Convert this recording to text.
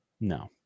No